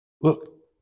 Look